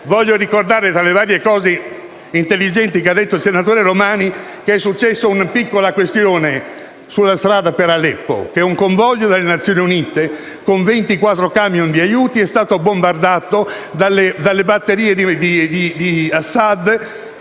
Voglio ricordare, tra le varie cose intelligenti dette dal senatore Romani, che si è verificato un piccolo incidente sulla strada per Aleppo: un convoglio delle Nazioni Unite con 24 camion di aiuti è stato bombardato dalle batterie di Assad,